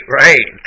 right